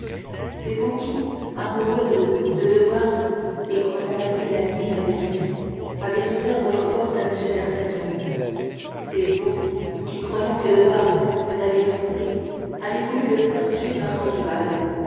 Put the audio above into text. c'est vous qui amoureuse de de wardes et croyant passer la nuit avec lui avez ouvert votre porte à m d'artagnan c'est vous qui croyant que de wardes vous avait trompée avez voulu le faire tuer par son rival